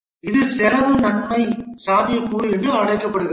இது செலவு நன்மை சாத்தியக்கூறு என்றும் அழைக்கப்படுகிறது